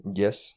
yes